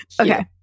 Okay